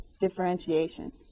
differentiation